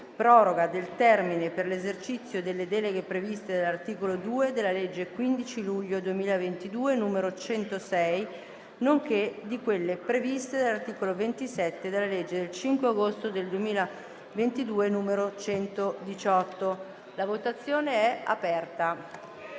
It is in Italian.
«Proroga del termine per l'esercizio delle deleghe previste dall'articolo 2 della legge 15 luglio 2022, n. 106, nonché di quelle previste dall'articolo 27 della legge 5 agosto 2022, n. 118». *(Segue la